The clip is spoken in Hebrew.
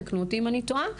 תקנו אותי אם אני טועה.